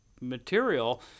material